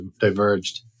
diverged